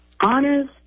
honest